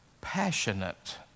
passionate